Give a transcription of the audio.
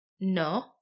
No